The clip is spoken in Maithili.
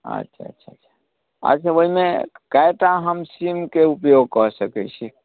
अच्छा अच्छा अच्छा ओहिमे कएटा हम सीमके उपयोग कऽ सकैत छी